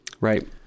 Right